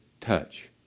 touch